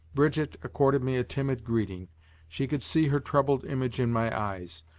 brigitte accorded me a timid greeting she could see her troubled image in my eyes.